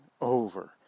over